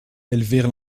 elvire